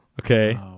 okay